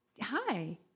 Hi